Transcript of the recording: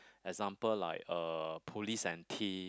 example like uh police and theif